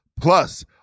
plus